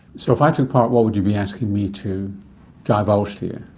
so if i took part, what would you be asking me to divulge to you?